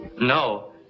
No